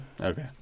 Okay